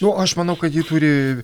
nu aš manau kad ji turi